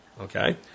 okay